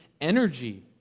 energy